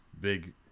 big